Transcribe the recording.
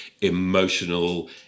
emotional